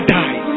die